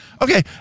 Okay